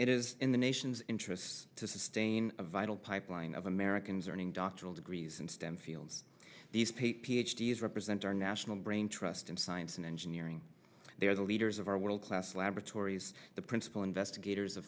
it is in the nation's interest to sustain a vital pipeline of americans earning doctoral degrees and stem fields these pay ph d s represent our national brain trust in science and engineering they are the leaders of our world class laboratories the principal investigators of